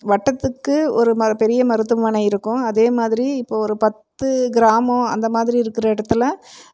வட்டத்துக்கு ஒரு பெரிய மருத்துவமனை இருக்கும் அதேமாதிரி இப்போ ஒரு பத்து கிராமம் அந்தமாதிரி இருக்கிற இடத்துல